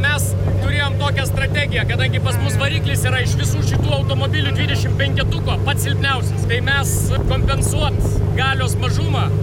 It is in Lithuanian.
mes turėjom tokią strategiją kadangi pas mus variklis yra iš visų šitų automobilių dvidešim penketuko pats silpniausias tai mes kompensuot galios mažumą